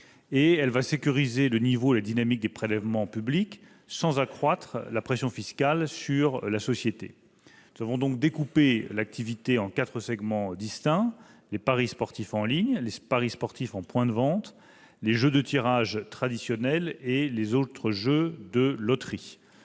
Elle sécurisera le niveau et la dynamique des prélèvements publics sans accroître la pression fiscale sur la Française des jeux. Nous avons donc découpé l'activité de cette dernière en quatre segments distincts : les paris sportifs en ligne, les paris sportifs en points de vente, les jeux de tirage traditionnels et les autres jeux de loterie.